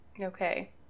Okay